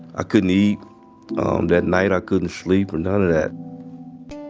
ah couldn't eat um that night i couldn't sleep or none of that.